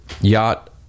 Yacht